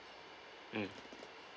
mm